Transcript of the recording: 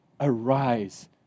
arise